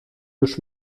już